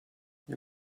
you